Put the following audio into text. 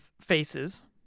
faces